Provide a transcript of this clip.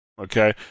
Okay